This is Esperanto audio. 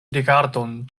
rigardon